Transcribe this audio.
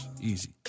Easy